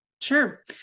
sure